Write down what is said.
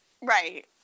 Right